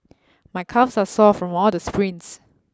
my calves are sore from all the sprints